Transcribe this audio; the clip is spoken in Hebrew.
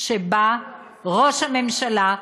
שבה ראש הממשלה,